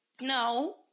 No